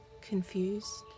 Confused